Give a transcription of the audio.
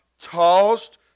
tossed